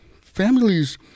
Families